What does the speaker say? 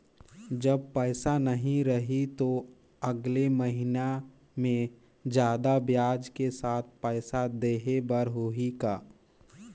जब पइसा नहीं रही तो अगले महीना मे जादा ब्याज के साथ पइसा देहे बर होहि का?